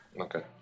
Okay